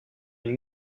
une